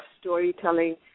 storytelling